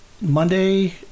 Monday